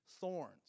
thorns